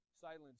silence